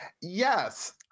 Yes